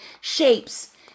shapes